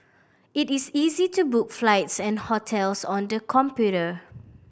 it is easy to book flights and hotels on the computer